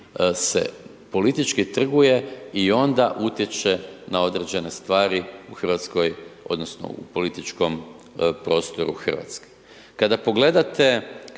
se politički trguje i onda utječe na određene stvari u RH odnosno u političkom prostoru RH. Kada pogledate